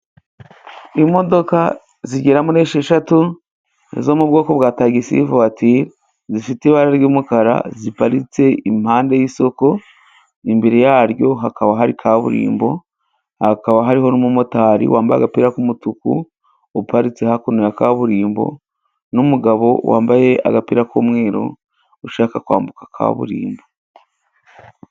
Imodoka zigera muri esheshatu zo mu bwoko bwa tagisi vuwatire zifite ibara ry'umukara ziparitse impande y'isoko. Imbere yaryo hakaba hari kaburimbo, hakaba hariho n'umumotari wambaye agapira k'umutuku uparitse hakuno ya kaburimbo, n'umugabo wambaye agapira k'umweru ushaka kwambuka kaburimbo.